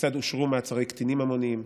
כיצד אושרו מעצרי קטינים המוניים?